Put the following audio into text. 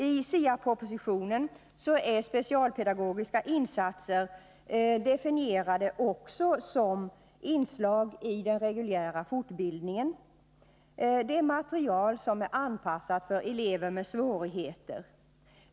I SIA-propositionen är specialpedagogiska insatser definierade också som inslag i den reguljära fortbildningen. Det är material som är anpassat för elever med svårigheter.